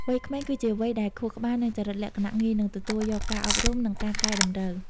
វ័យក្មេងគឺជាវ័យដែលខួរក្បាល និងចរិតលក្ខណៈងាយនឹងទទួលយកការអប់រំ និងការកែតម្រូវ។